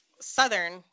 Southern